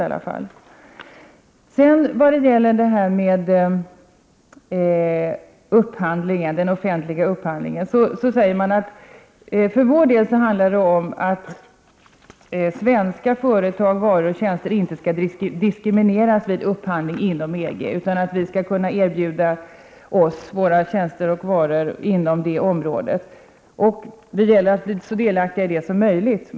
När det gäller den offentliga upphandlingen säger man att för vår del handlar det om att svenska företags varor och tjänster inte skall diskrimineras vid upphandling inom EG. Vi skall kunna erbjuda våra varor och tjänster inom det området, och det gäller att bli så delaktiga som möjligt.